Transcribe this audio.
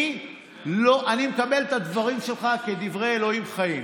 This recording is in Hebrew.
אני מקבל את הדברים שלך כדברי אלוהים חיים.